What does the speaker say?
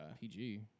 PG